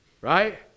Right